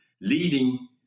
leading